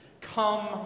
Come